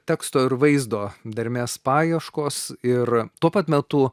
teksto ir vaizdo dermės paieškos ir tuo pat metu